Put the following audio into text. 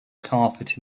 carpet